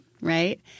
right